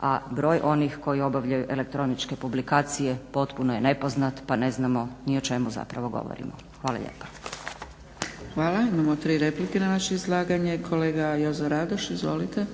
a broj onih koji obavljaju elektroničke publikacije potpuno je nepoznat pa ne znamo ni o čemu zapravo govorimo. Hvala lijepa. **Zgrebec, Dragica (SDP)** Hvala. Imamo tri replike na vaše izlaganje. Kolega Jozo Radoš, izvolite.